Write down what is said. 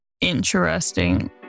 interesting